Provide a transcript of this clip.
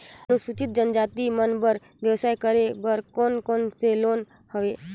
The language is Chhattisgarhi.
अनुसूचित जनजाति मन बर व्यवसाय करे बर कौन कौन से लोन हवे?